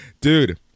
Dude